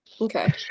Okay